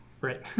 Right